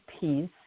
peace